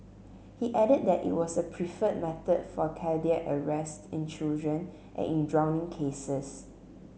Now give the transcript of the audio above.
he added that it was the preferred method for cardiac arrest in children and in drowning cases